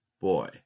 Boy